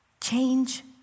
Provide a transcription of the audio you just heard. change